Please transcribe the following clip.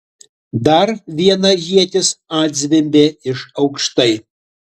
dar viena ietis atzvimbė iš aukštai